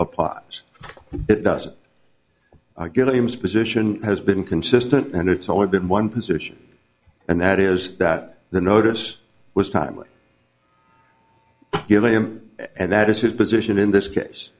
apply it doesn't get a position has been consistent and it's always been one position and that is that the notice was timely given him and that is his position in this case